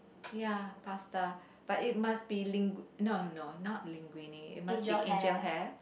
ya pasta but it must be lin~ no no not linguine it must be angel hair